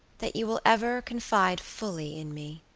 that you will ever confide fully in me?